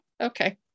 okay